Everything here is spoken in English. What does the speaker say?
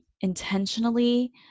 intentionally